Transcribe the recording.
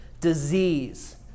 disease